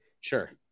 Sure